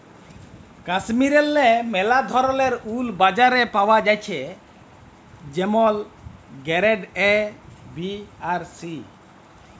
কাশ্মীরেল্লে ম্যালা ধরলের উল বাজারে পাওয়া জ্যাছে যেমল গেরেড এ, বি আর সি